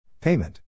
Payment